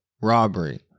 robbery